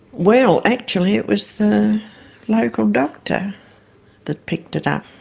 well actually it was the local doctor that picked it up.